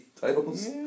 titles